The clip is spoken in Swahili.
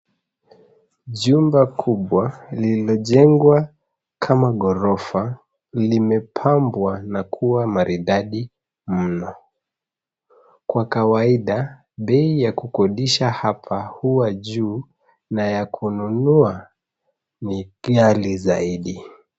Jumba kubwa lililojengwa kama ghorofa limepambwa na kuwa maridadi mji. Kwa kawaida bei ya kukodisha hapa huwa juu na ya kununua ni ghali zaidi.